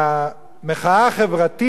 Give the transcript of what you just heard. המחאה החברתית